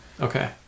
Okay